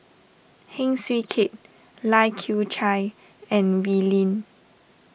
Heng Swee Keat Lai Kew Chai and Wee Lin